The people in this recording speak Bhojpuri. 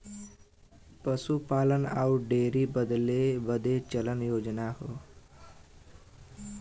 पसूपालन अउर डेअरी बदे चलल योजना हौ